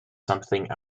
something